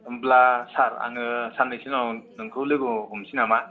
होनब्ला सार आङो साननैसोनि उनाव नोंखौ लोगो हमनोसै नामा